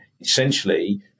Essentially